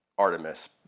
Artemis